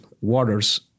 waters